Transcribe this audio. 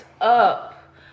up